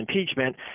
impeachment